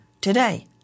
today